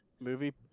movie